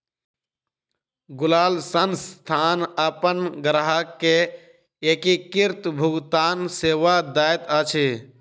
Google संस्थान अपन ग्राहक के एकीकृत भुगतान सेवा दैत अछि